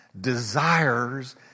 desires